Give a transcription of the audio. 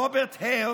רוברט הייר,